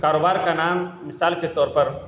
کاروبار کا نام مثال کے طور پر